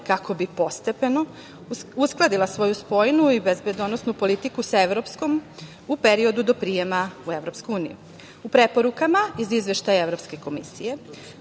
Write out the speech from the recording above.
kako bi postepeno uskladila svoju spoljnu i bezbednosnu politiku sa evropskom, u periodu do prijema u EU. U preporukama iz Izveštaja Evropske komisije,